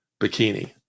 bikini